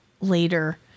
later